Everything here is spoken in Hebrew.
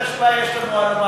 איזו השפעה יש לנו על,